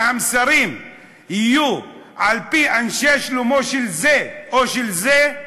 והמסרים יהיו על-פי אנשי שלומו של זה או של זה,